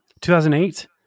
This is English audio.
2008